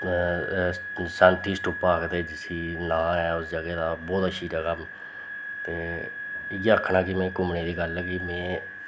सांती सांती स्तूपा आखदे जिसी नांऽ ऐ उस जगह् दा बोह्त अच्ची जगह् ते इ'यै आखनां कि में घूमने दी गल्ल कि में